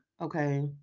okay